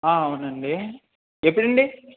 అవునండి ఎప్పుడండి